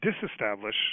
disestablish